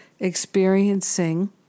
Experiencing